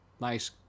Nice